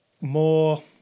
more